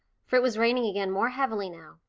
for it was raining again more heavily now.